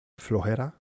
Flojera